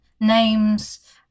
names